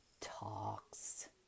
talks